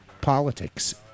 politics